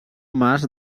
mas